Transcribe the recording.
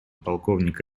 полковник